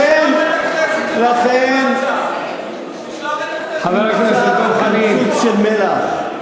לכן, לכן, של מלח.